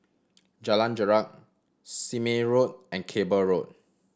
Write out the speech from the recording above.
Jalan Jarak Sime Road and Cable Road